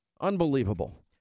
Unbelievable